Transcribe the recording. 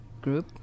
group